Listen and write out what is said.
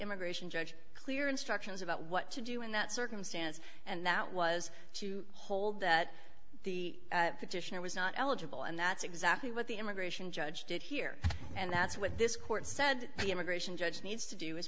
immigration judge clear instructions about what to do in that circumstance and that was to hold that the petitioner was not eligible and that's exactly what the immigration judge did here and that's what this court said the immigration judge needs to do is